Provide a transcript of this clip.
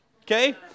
okay